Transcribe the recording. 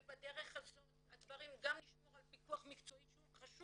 ובדרך הזאת גם נשמור על פיקוח מקצועי שהוא חשוב,